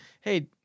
hey